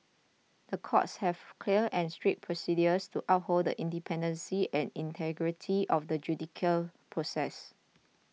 the courts have clear and strict procedures to uphold the independence and integrity of the judicial process